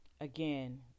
again